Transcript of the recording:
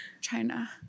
China